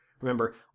Remember